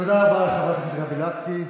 תודה רבה לחברת הכנסת גבי לסקי.